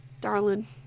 darling